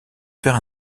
faire